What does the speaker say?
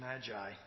magi